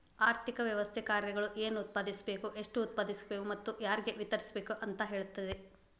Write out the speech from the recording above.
ಆರ್ಥಿಕ ವ್ಯವಸ್ಥೆ ಕಾರ್ಯಗಳು ಏನ್ ಉತ್ಪಾದಿಸ್ಬೇಕ್ ಎಷ್ಟು ಉತ್ಪಾದಿಸ್ಬೇಕು ಮತ್ತ ಯಾರ್ಗೆ ವಿತರಿಸ್ಬೇಕ್ ಅಂತ್ ಹೇಳ್ತತಿ